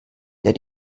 der